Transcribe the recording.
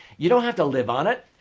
you don't have to live on it.